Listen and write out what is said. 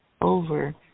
over